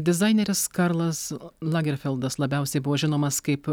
dizaineris karlas lagerfeldas labiausiai buvo žinomas kaip